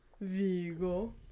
Vigo